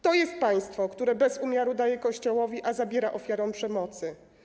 To jest państwo, które bez umiaru daje Kościołowi, a zabiera ofiarom przemocy.